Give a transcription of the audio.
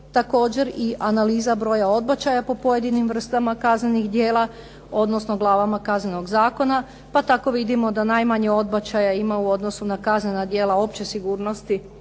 također i analiza broja odbačaja po pojedinim vrstama kaznenih djela odnosno glavama kaznenog zakona pa tako vidimo da najmanje odbačaja ima u odnosu na kaznena djela opće sigurnosti